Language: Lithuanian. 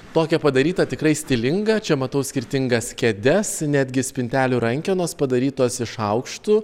tokia padaryta tikrai stilinga čia matau skirtingas kėdes netgi spintelių rankenos padarytos iš šaukštų